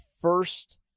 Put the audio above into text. first